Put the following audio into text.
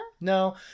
No